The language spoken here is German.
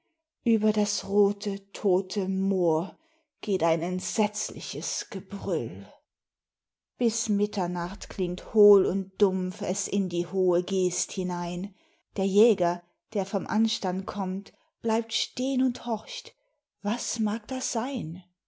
über das rote tote moor geht ein entsetzliches gebrüll bis mitternacht klingt hohl und dumpf es in die hohe geest hinein der jäger der vom anstand kommt bleibt stehn und horcht was mag das sein